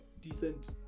decent